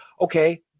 Okay